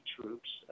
troops